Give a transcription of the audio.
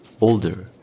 older